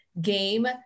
game